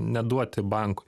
neduoti bankui